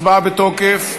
הצבעה בתוקף.